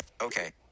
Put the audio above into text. Okay